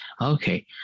okay